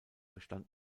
bestand